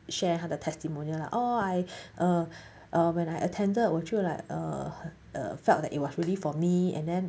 share 他的 testimonial lah oh I err err when I attended 我就 like err err felt that it was really for me and then